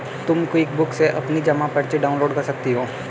तुम क्विकबुक से भी अपनी जमा पर्ची डाउनलोड कर सकती हो